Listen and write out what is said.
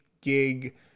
gig